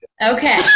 Okay